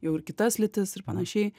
jau ir kitas lytis ir panašiai